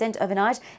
overnight